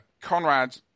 Conrad